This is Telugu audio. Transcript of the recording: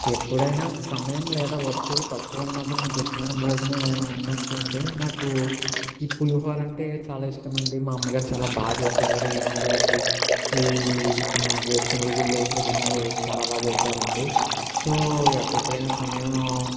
ఎప్పుడైనా సమయం లేదా వస్తువులు తక్కువ ఉన్నపుడు మీకు ఇష్టమైన భోజనం ఏదన్నా ఉందంటే అండి నాకు ఈ పులిహోర అంటే చాలా ఇష్టం అండి మా అమ్మగారు చాలా బాగా చేసేవారు ఇంగువేసి ఈ వేరుశెనగ గుళ్లు వేసి ఇవన్నీ వేసి చాలా బాగా చేసేవారండి సో ఎప్పుడైనా సమయం